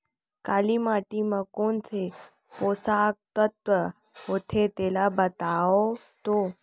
काली माटी म कोन से पोसक तत्व होथे तेला बताओ तो?